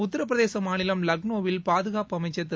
உத்திரப்பிரதேச மாநிலம் லக்னோவில் பாதுகாப்பு அமைச்சர் திரு